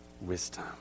wisdom